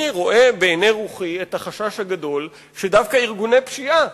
אני רואה בעיני רוחי את החשש הגדול שדווקא ארגוני פשיעה